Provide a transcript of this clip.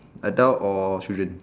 adult or children